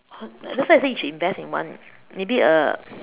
that that's why I say you should invest in one maybe a